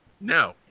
No